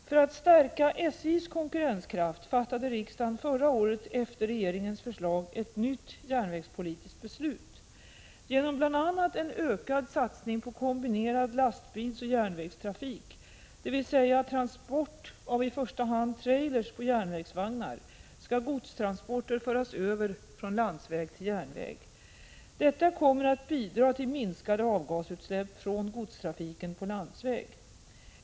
För att stärka SJ:s konkurrenskraft fattade riksdagen förra året efter regeringens förslag ett nytt järnvägspolitiskt beslut. Genom bl.a. en ökad satsning på kombinerad lastbilsoch järnvägstrafik, dvs. transport av i första hand trailrar på järnvägsvagnar, skall godstransporter föras över från landsväg till järnväg. Detta kommer att bidra till minskade avgasutsläpp från godstrafiken på landsväg.